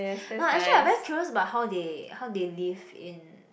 no actually I very curious about how they how they live in